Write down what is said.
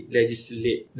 legislate